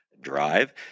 Drive